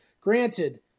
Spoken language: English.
Granted